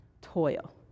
toil